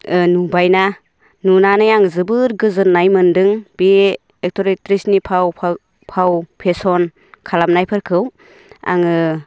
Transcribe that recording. ओ नुबायना नुनानै आङो जोबोर गोजोननाय मोनदों बे एक्टर एक्ट्रेसनि फाव फाव फेसन खालामनायफोरखौ आङो